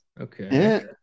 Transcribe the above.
Okay